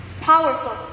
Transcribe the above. powerful